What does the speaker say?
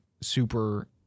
super